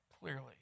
clearly